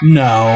no